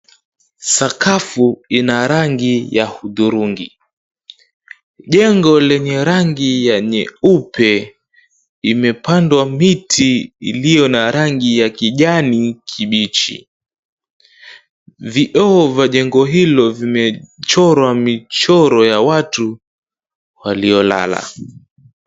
Sakafu ina rangi ya hudhurungi. Jengo lenye rangi ya nyeupe imepandwa miti iliyo na rangi ya kijani kibichi. Vioo vya jengo hilo vimechorwa michoro ya watu waliolala.